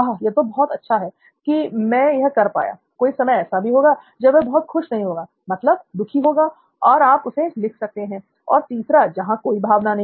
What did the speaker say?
यह तो बहुत अच्छा है कि मैं यह कर पाया" कोई समय ऐसा भी होगा जब वह बहुत खुश नहीं होगा मतलब दुखी होगा और आप उसे लिख सकते हैं और तीसरा जहां कोई भावना नहीं होगी